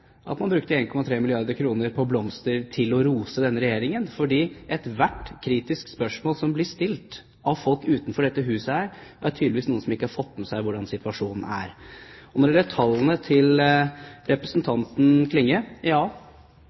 at man brukte 1,3 milliarder kr på blomster til å rose denne regjeringen, for ethvert kritisk spørsmål som blir stilt av folk utenfor dette huset, blir slik besvart at det er tydelig at noen ikke har fått med seg hvordan situasjonen er. Når det gjelder tallene til representanten Klinge,